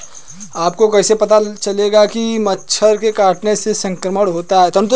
आपको कैसे पता चलेगा कि मच्छर के काटने से संक्रमण होता है?